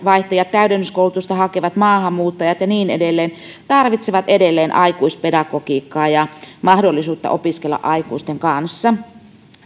täydennyskoulutusta hakevat maahanmuuttajat ja niin edelleen tarvitsevat edelleen aikuispedagogiikkaa ja mahdollisuutta opiskella aikuisten kanssa